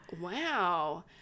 wow